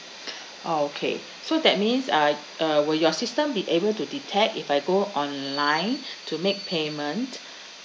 oh okay so that means uh uh will your system be able to detect if I go online to make payment